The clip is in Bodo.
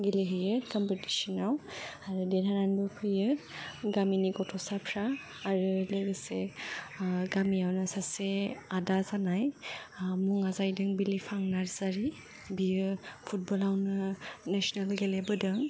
गेलेहैयो क्मपिटिशनाव आरो देरहानानैबो फैयो गामिनि गथ'साफ्रा आरो लोगोसे गामियावनो सासे आदा जानाय मुङा जाहैदों बिलिफां नारजारि बियो फुटब'लावनो नेशनेलि गेलेबोदों